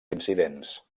incidents